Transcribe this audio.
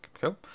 Cool